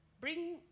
Bring